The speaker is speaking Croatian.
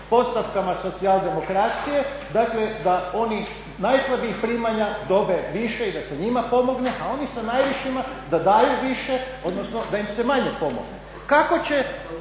postavkama socijaldemokracije, dakle da oni najslabijih primanja dobiju više i da se njima pomogne a oni sa najvišima da daju više, odnosno da im se manje pomogne. Kako će